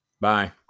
bye